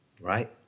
Right